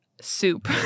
Soup